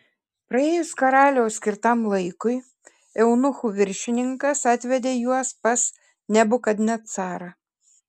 praėjus karaliaus skirtam laikui eunuchų viršininkas atvedė juos pas nebukadnecarą